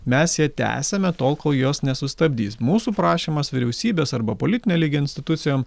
mes ją tęsiame tol kol jos nesustabdys mūsų prašymas vyriausybės arba politinio lygio institucijom